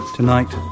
Tonight